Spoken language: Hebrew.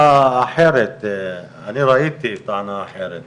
גם באירועים עצמם